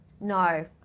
No